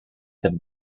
have